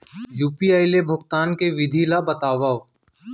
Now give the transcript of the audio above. UPI ले भुगतान के विधि ला बतावव